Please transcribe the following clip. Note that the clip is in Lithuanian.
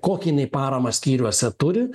kokią jinai paramą skyriuose turi